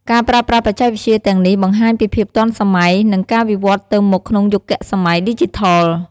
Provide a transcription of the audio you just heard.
ការប្រើប្រាស់បច្ចេកវិទ្យាទាំងនេះបង្ហាញពីភាពទាន់សម័យ និងការវិវឌ្ឍទៅមុខក្នុងយុគសម័យឌីជីថល។